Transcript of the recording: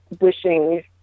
wishing